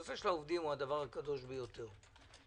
בוקר טוב.